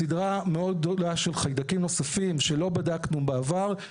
בסדרה מאוד גדולה של חיידקים נוספים שלא בדקנו בעבר,